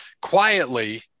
quietly